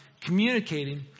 communicating